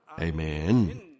Amen